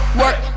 work